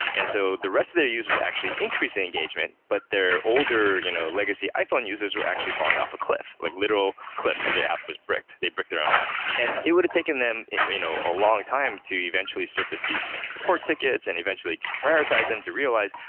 and so the rest of the users actually increased their engagement, but their older you know legacy iphone users were actually falling off a cliff, like literal cliff, because their app was bricked. they bricked their own app. and it would've taken them you know a long time to eventually surface these support tickets and eventually prioritize them to realize,